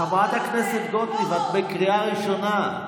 חברת הכנסת גוטליב, את בקריאה ראשונה.